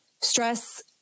stress